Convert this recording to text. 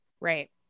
Right